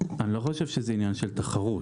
אני לא חושב שזה עניין של תחרות,